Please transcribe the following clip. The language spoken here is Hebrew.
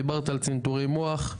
דיברת על צנתורי מוח,